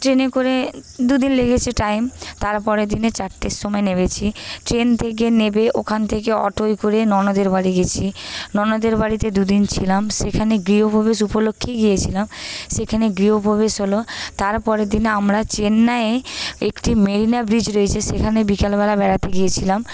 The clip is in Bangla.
ট্রেনে করে দুদিন লেগেছে টাইম তারপরে দিনে চারটের সময় নেবেছি ট্রেন থেকে নেবে ওখান থেকে অটোয় করে ননদের বাড়ি গেছি ননদের বাড়িতে দুদিন ছিলাম সেখানে গৃহপ্রবেশ উপলক্ষে গিয়েছিলাম সেখানে গৃহপ্রবেশ হল তারপরের দিনে আমরা চেন্নাইয়ে একটি মেরিনা বিচ রয়েছে সেখানে বিকালবেলা বেড়াতে গিয়েছিলাম